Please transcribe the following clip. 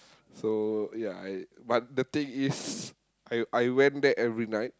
so ya I but the thing is I I went there every night